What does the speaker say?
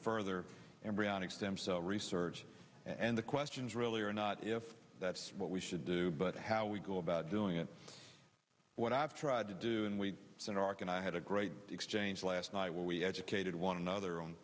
further embryonic stem cell research and the questions really are not if that's what we should do but how we go about doing it what i've tried to do and we sent our king i had a great exchange last night where we educated one another on